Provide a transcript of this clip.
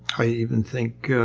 i even think